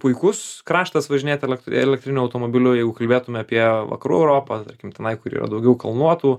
puikus kraštas važinėt elekt elektriniu automobiliu jeigu kalbėtume apie vakarų europą tarkim tenai kur yra daugiau kalnuotų